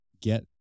get